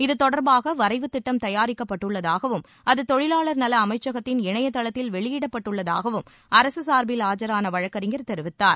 இத்தொடர்பாக வரைவு திட்டம் தயாரிக்கப்பட்டுள்ளதாகவும் அது தொழிலாளர் நல அமைச்சகத்தின் இணையதளத்தில் வெளியிடப்பட்டுள்ளதாகவும் அரசு சார்பில் ஆஜராள வழக்கறிஞர் தெரிவித்தார்